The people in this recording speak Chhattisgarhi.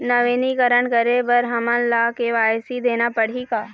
नवीनीकरण करे बर हमन ला के.वाई.सी देना पड़ही का?